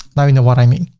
now you know what i mean.